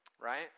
right